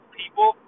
people